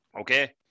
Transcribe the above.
okay